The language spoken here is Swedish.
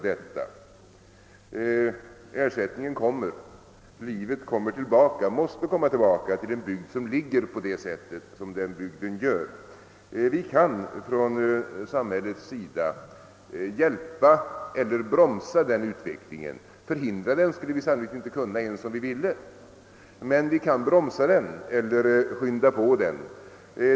Men ersättningen kommer och livet kommer tillbaka, måste komma tillbaka, till en bygd som är så bra belägen. Samhället kan befordra eller bromsa denna utveckling, men förhindra den skulle det sannolikt inte kunna även om det ville.